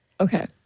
Okay